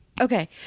Okay